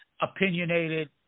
opinionated